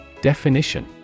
Definition